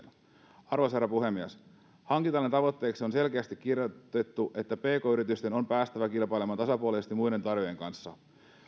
arvoisa herra puhemies hankintalain tavoitteeksi on selkeästi kirjoitettu että pk yritysten on päästävä kilpailemaan tasapuolisesti muiden tarjoajien kanssa